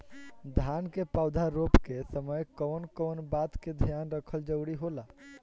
धान के पौधा रोप के समय कउन कउन बात के ध्यान रखल जरूरी होला?